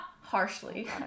harshly